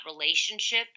relationship